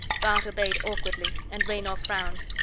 bart obeyed awkwardly, and raynor frowned.